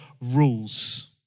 rules